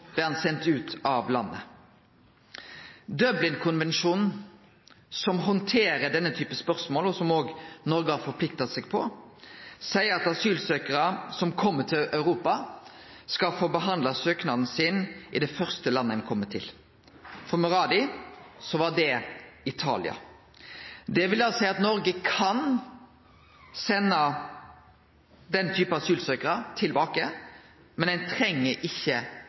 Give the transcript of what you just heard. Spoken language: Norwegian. han send ut av landet. Dublin-konvensjonen som handterer denne typen spørsmål, og som òg Noreg har forplikta seg på, seier at asylsøkjarar som kjem til Europa, skal få behandla søknaden sin i det første landet dei kjem til. For Muradi var det Italia. Det vil da seie at Noreg kan sende den typen asylsøkjarar tilbake, men